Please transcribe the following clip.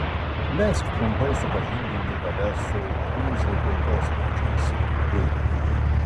leisk trumpai supažindinti tave su uzi kulkosvaidžiais bili